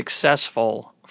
successful